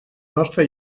nostre